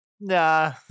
Nah